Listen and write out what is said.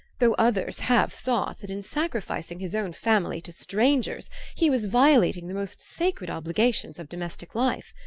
though others have thought that in sacrificing his own family to strangers he was violating the most sacred obligations of domestic life.